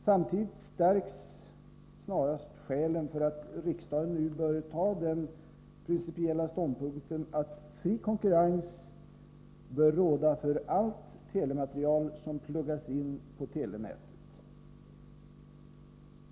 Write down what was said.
Samtidigt stärks snarast skälen för att riksdagen nu bör ta den principiella ståndpunkten att fri konkurrens bör råda för allt telematerial som pluggas in på telenätet.